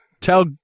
tell